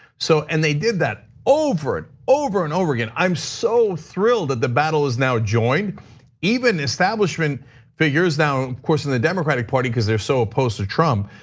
so and they did that over and over and over again. i'm so thrilled that the battle is now joined even establishment for years now of course and the democratic party cuz they're so opposed to trump.